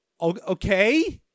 okay